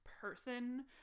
person